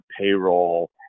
payroll